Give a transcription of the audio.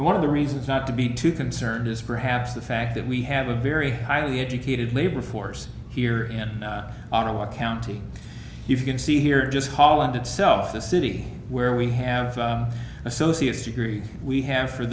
and one of the reasons not to be too concerned is perhaps the fact that we have a very highly educated labor force here in ottawa county you can see here just call out itself the city where we have an associates degree we have for